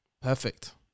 Perfect